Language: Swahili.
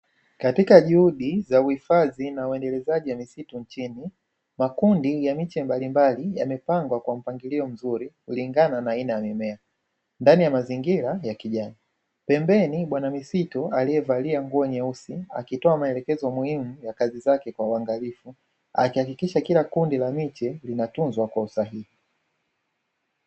katika juhudi za uhifadhi na undelezaji wa misitu nchini, makundi ya miche mbalimbali yamepangwa kwa mpangilio mzuri kulingana na aina ya mimea ndani ya mazingira ya kijani. Pembeni bwana misitu aliyevalia nguo nyeusi akitoa maelekezo muhimu ya kazi zake kwa uangalifu, akihakikisha kila kundi la miche linatunzwa kwa usahihi.